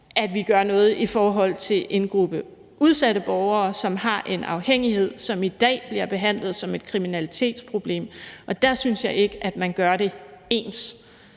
at vi gør noget i forhold til en gruppe udsatte borgere, som har en afhængighed, som i dag bliver behandlet som et kriminalitetsproblem. Der synes jeg ikke, at man gør det ens.